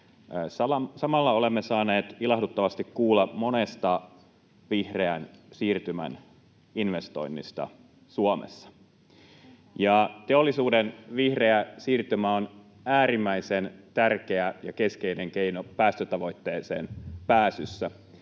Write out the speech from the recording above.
Samalla olemme saaneet ilahduttavasti kuulla monesta vihreän siirtymän investoinnista Suomessa. Teollisuuden vihreä siirtymä on äärimmäisen tärkeä ja keskeinen keino päästötavoitteeseen pääsyssä,